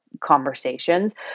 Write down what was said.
conversations